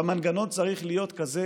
המנגנון צריך להיות כזה